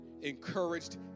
encouraged